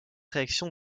réaction